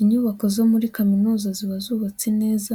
Inyubako zo muri kaminuza ziba zubatse neza